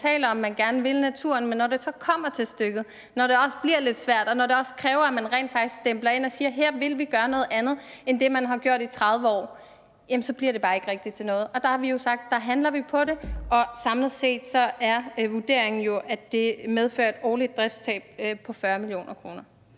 Man taler om, at man gerne vil naturen, men når det så kommer til stykket – når det også bliver lidt svært, og når det også kræver, at man rent faktisk stempler ind og siger, at her vil man gøre noget andet end det, der er gjort i 30 år – så bliver det bare ikke rigtig til noget. Og der har vi jo sagt, at vi handler på det, og samlet set er vurderingen jo, at det medfører et årligt driftstab på 40 mio. kr.